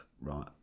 right